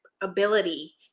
ability